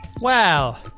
Wow